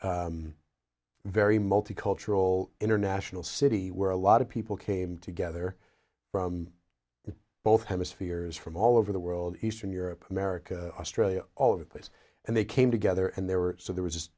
very multicultural international city where a lot of people came together from the both hemispheres from all over the world eastern europe america australia all over the place and they came together and they were so there was